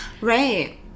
right